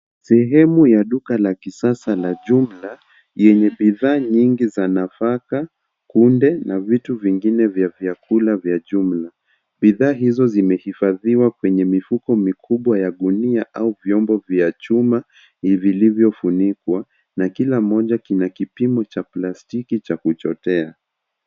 Sehemu ya duka la kisasa la jumla yenye bidhaa nyingi za nafaka, kunde na vitu vingine vya vyakula vya jumla. Bidhaa hizo zimehifadhiwa kwenye mifuko mikubwa ya gunia au vyombo vya chuma vilivyofunikwa na kila moja kina kipimo cha plastiki cha kuchotea.